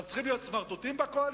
אז צריכים להיות סמרטוטים בקואליציה?